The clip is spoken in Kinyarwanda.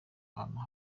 ahantu